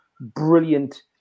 brilliant